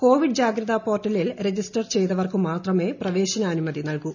Covid ജാഗ്രതാ പോർട്ടലിൽ register ചെയ്തവർക്കു മാത്രമേ പ്രവേശനാനുമതി നൽകൂ